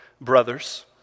brothers